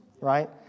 right